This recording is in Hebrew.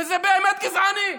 וזה באמת גזעני,